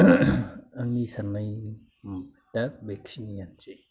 आंनि साननाया दा बेखिनिआनोसै